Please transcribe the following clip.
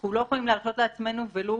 אנחנו לא יכולים להרשות לעצמנו, ולו